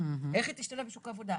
איך היא תשתלב בשוק העבודה?